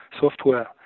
software